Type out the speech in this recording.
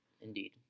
indeed